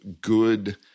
good